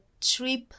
trip